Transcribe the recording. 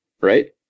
right